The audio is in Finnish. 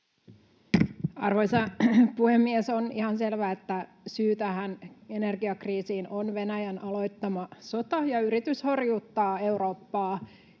Arvoisa puhemies! On ihan selvä, että syy tähän energiakriisiin on Venäjän aloittama sota ja yritys horjuttaa Eurooppaa.